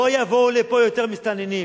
לא יבואו לפה יותר מסתננים.